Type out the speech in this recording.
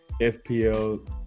FPL